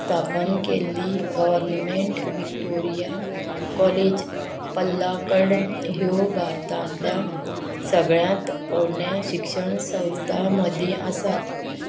स्थापन केल्ली government Victoria college Palakkad ह्यो भारतांतल्या सगळ्यांत पोरण्या शिक्षण संस्था मदीं आसात